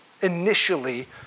initially